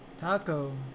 Taco